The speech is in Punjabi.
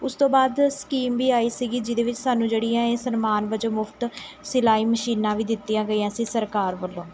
ਉਸ ਤੋਂ ਬਾਅਦ ਸਕੀਮ ਵੀ ਆਈ ਸੀਗੀ ਜਿਹਦੇ ਵਿੱਚ ਸਾਨੂੰ ਜਿਹੜੀ ਹੈ ਇਹ ਸਨਮਾਨ ਵਜੋਂ ਮੁਫ਼ਤ ਸਿਲਾਈ ਮਸ਼ੀਨਾਂ ਵੀ ਦਿੱਤੀਆਂ ਗਈਆਂ ਸੀ ਸਰਕਾਰ ਵੱਲੋਂ